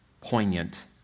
poignant